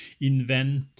invent